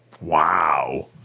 Wow